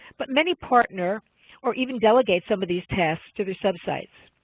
but many partner or even delegate some of these tasks to the sub-sites.